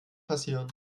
passieren